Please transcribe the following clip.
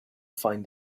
find